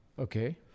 okay